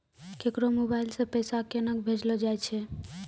केकरो मोबाइल सऽ पैसा केनक भेजलो जाय छै?